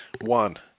one